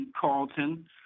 Carlton